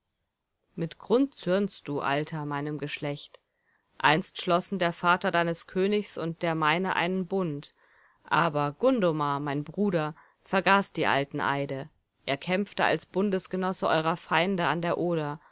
mit grund zürnst du alter meinem geschlecht einst schlossen der vater deines königs und der meine einen bund aber gundomar mein bruder vergaß die alten eide er kämpfte als bundesgenosse eurer feinde an der oder